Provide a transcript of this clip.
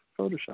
Photoshop